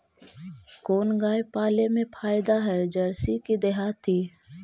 कोन गाय पाले मे फायदा है जरसी कि देहाती?